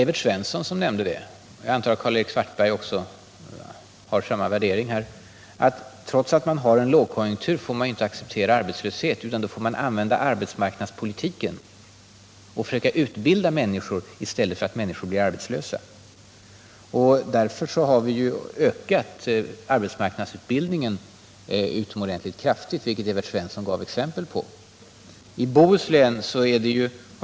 Evert Svensson sade — och jag förmodar att Karl-Erik Svartberg har samma värdering — att man bara därför att vi har en lågkonjunktur inte får acceptera arbetslösheten utan att man då i stället får använda arbetsmarknadspolitiken för att utbilda människor i stället för att låta människor gå arbetslösa. Detta är mycket viktigt. Därför har vi också ökat arbetsmarknadsutbildningen utomordentligt kraftigt, vilket Evert Svensson gav exempel på.